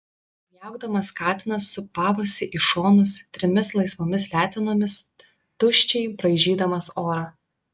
miaukdamas katinas sūpavosi į šonus trimis laisvomis letenomis tuščiai braižydamas orą